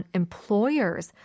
employers